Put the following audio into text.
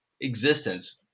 existence